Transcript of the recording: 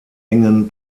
engen